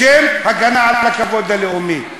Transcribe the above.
בשם הגנה על הכבוד הלאומי.